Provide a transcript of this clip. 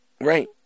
Right